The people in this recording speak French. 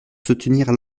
soutenir